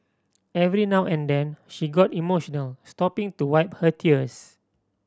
every now and then she got emotional stopping to wipe her tears